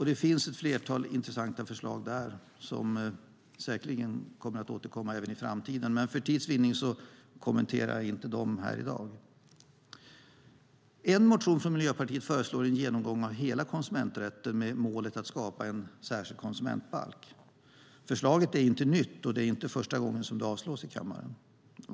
Det finns ett flertal intressanta förslag där som säkerligen återkommer även i framtiden, men för tids vinnande kommenterar jag inte dem här i dag. I en motion från Miljöpartiet föreslås en genomgång av hela konsumenträtten med målet att skapa en särskild konsumentbalk. Förslaget är inte nytt, och det är inte första gången det avslås i kammaren.